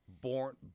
born